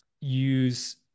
use